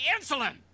insulin